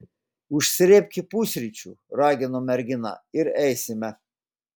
užsrėbki pusryčių ragino mergina ir eisime